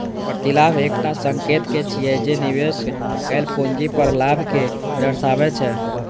प्रतिलाभ एकटा संकेतक छियै, जे निवेश कैल पूंजी पर लाभ कें दर्शाबै छै